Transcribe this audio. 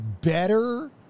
better